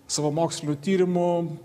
savo mokslinių tyrimų